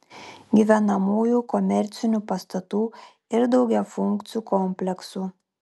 gyvenamųjų komercinių pastatų ir daugiafunkcių kompleksų